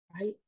right